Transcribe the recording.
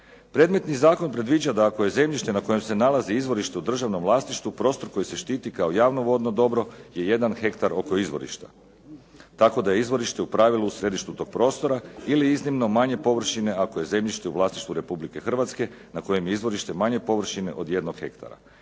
Predmetni zakon predviđa da ako je zemljište na kojem se nalazi izvorište u državnom vlasništvu, prostor koji se štiti kao javno vodno dobro je jedan hektar oko izvorišta, tako da je izvorište u pravilu u središtu tog prostora ili iznimno manje površine ako je zemljište u vlasništvu RH na kojem je izvorište manje površine od jednog hektara.